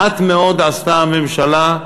מעט מאוד עשתה הממשלה.